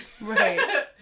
Right